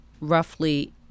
roughly